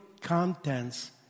contents